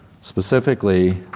specifically